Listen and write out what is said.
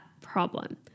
problem